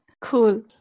Cool